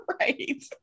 Right